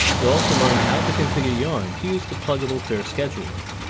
you also learned how to configure yarn to use the pluggable fair scheduler.